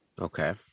Okay